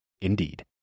Indeed